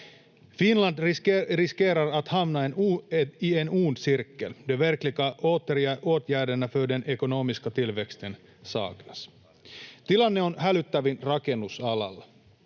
Finland riskerar att hamna i en ond cirkel. De verkliga åtgärderna för den ekonomiska tillväxten saknas. Tilanne on hälyttävin rakennusalalla.